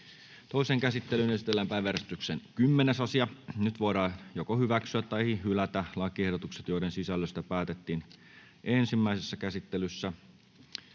Toiseen käsittelyyn esitellään päiväjärjestyksen 10. asia. Nyt voidaan hyväksyä tai hylätä lakiehdotukset, joiden sisällöstä päätettiin ensimmäisessä käsittelyssä.